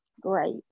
great